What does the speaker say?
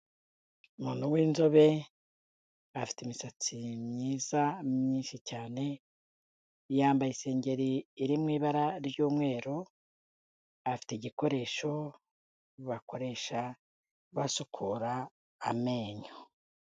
Umuntu w'inzobe afite imisatsi myiza myinshi cyane, yambaye isengeri iri mu ibara ry'umweru, afite igikoresho bakoresha basukura amenyo.